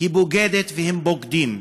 היא בוגדת והם בוגדים.